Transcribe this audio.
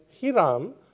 Hiram